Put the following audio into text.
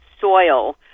soil